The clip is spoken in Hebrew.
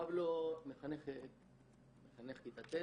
פבלו, מחנך כיתה ט'.